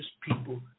people